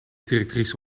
directrice